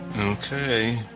Okay